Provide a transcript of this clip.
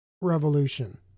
revolution